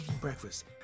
breakfast